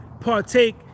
partake